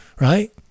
right